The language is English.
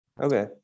Okay